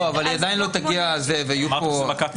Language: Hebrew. היא עדיין לא תגיע --- אמרתם שזה מכת מדינה.